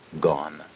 gone